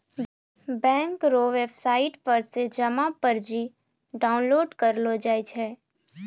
bank रो website पर से जमा पर्ची डाउनलोड करेलो जाय छै